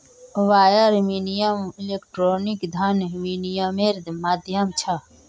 wire विनियम electronic धन विनियम्मेर माध्यम छ